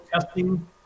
testing